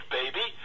baby